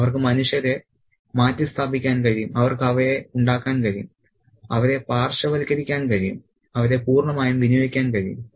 അവർക്ക് മനുഷ്യരെ മാറ്റിസ്ഥാപിക്കാൻ കഴിയും അവർക്ക് അവയെ ഉണ്ടാക്കാൻ കഴിയും അവരെ പാർശ്വവത്കരിക്കാൻ കഴിയും അവരെ പൂർണ്ണമായും വിനിയോഗിക്കാൻ കഴിയും